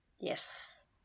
Yes